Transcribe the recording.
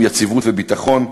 אנחנו רוצים יציבות וביטחון.